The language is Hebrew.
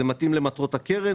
זה מתאים למטרות הקרן,